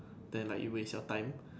then like you waste your time